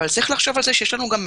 אבל יש לנו גם משיב.